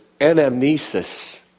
anamnesis